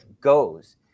goes